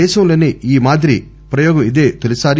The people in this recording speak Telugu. దేశంలోసే ఈ మాదిరి ప్రయోగం ఇదే తొలీసారి